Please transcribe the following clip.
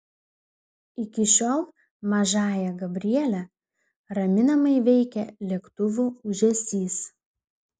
iki šiol mažąją gabrielę raminamai veikia lėktuvų ūžesys